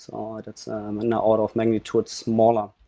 ah that's an order of magnitude smaller.